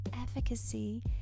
efficacy